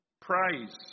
praise